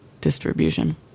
distribution